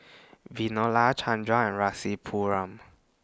Chanda and Rasipuram